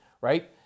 right